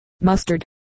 mustard